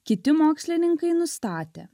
kiti mokslininkai nustatė